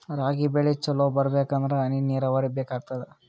ರಾಗಿ ಬೆಳಿ ಚಲೋ ಬರಬೇಕಂದರ ಹನಿ ನೀರಾವರಿ ಬೇಕಾಗತದ?